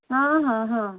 ହଁ ହଁ ହଁ